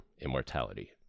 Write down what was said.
immortality